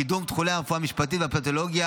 קידום תחומי הרפואה המשפטית והפתולוגיה